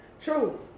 true